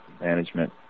management